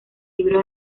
libros